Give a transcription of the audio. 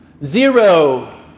Zero